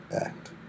Act